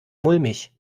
mulmig